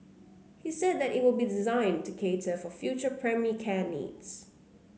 he said it will be designed to cater for future primary care needs